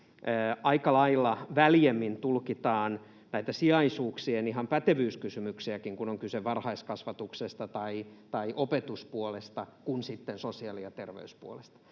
aika lailla väljemmin ihan näiden sijaisuuksien pätevyyskysymyksiäkin, kun on kyse varhaiskasvatuksesta tai opetuspuolesta, kuin sitten sosiaali- ja terveyspuolella.